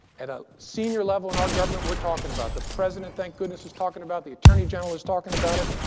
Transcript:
at a senior level in our government, we're talking about the president, thank goodness, is talking about it. the attorney general is talking about it.